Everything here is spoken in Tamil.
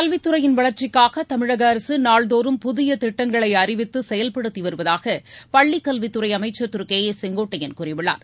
கல்வித்துறையின் வளர்ச்சிக்காக தமிழக அரசு நாள்தோறும் புதிய திட்டங்களை அறிவித்து செயல்படுத்தி வருவதாக பள்ளிக் கல்வித்துறை அமைச்சர் திரு கே ஏ செங்கோட்டையன் கூறியுள்ளார்